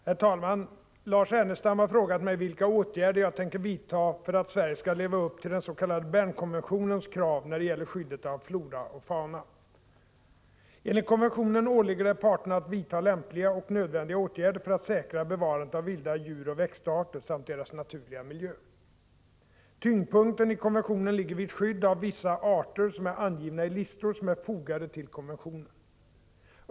Herr talman! Lars Ernestam har frågat mig vilka åtgärder jag tänker vidta för att Sverige skall leva upp till den s.k. Bernkonventionens krav när det gäller skyddet av flora och fauna. Enligt konventionen åligger det parterna att vidta lämpliga och nödvändiga åtgärder för att säkra bevarandet av vilda djuroch växtarter samt deras naturliga miljö. Tyngdpunkten i konventionen ligger vid skydd av vissa arter som är angivna i listor fogade till konventionen.